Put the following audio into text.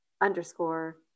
underscore